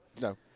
No